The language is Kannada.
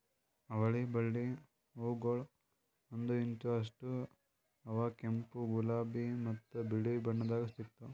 ಅವಳಿ ಬಳ್ಳಿ ಹೂಗೊಳ್ ಒಂದು ಇಂಚ್ ಅಷ್ಟು ಅವಾ ಕೆಂಪು, ಗುಲಾಬಿ ಮತ್ತ ಬಿಳಿ ಬಣ್ಣದಾಗ್ ಸಿಗ್ತಾವ್